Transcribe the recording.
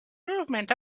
movement